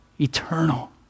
eternal